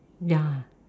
ya